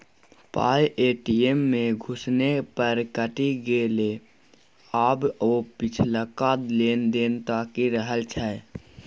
पाय ए.टी.एम मे घुसेने पर कटि गेलै आब ओ पिछलका लेन देन ताकि रहल छै